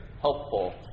helpful